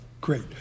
Great